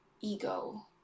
ego